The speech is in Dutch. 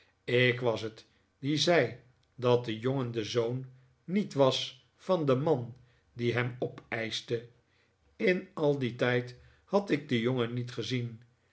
ik was het die zei dat de jongen de zoon niet was van den man die hem opeischte in al dien tijd had ik den jongen niet gezien